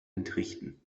entrichten